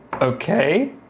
Okay